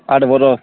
ଆଠ୍ ବରଷ୍